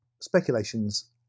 speculations